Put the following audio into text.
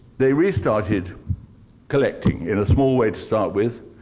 they restarted collecting. in a small way to start with,